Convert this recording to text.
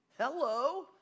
Hello